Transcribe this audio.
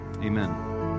Amen